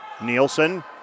Nielsen